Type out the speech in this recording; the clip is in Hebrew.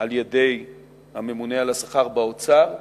על-ידי הממונה על השכר באוצר,